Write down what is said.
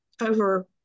over